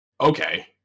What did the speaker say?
okay